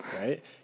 right